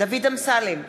דוד אמסלם,